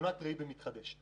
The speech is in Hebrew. אבל באנרגיה מתחדשת.